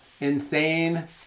insane